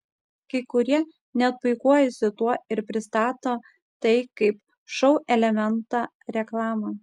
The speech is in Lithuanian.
kai kurie net puikuojasi tuo ir pristato tai kaip šou elementą reklamą